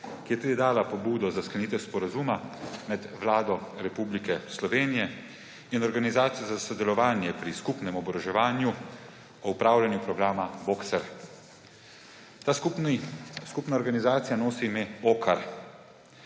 ki je tudi dala pobudo za sklenitev sporazuma med Vlado Republike Slovenije in Organizacijo za sodelovanje pri skupnem oboroževanju o upravljanju programa Boxer. Ta skupna organizacija nosi ime OCCAR.